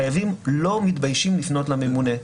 חייבים לא מתביישים לפנות לממונה,